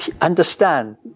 understand